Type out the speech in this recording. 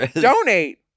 Donate